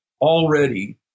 already